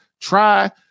try